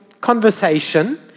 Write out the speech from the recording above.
conversation